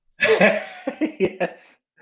Yes